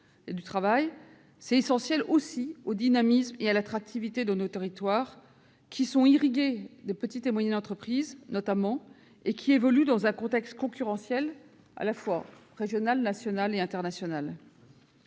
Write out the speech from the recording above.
et du travail, c'est essentiel au dynamisme et à l'attractivité de nos territoires, irrigués de petites et moyennes entreprises qui évoluent dans un contexte concurrentiel tout à la fois régional, national et international.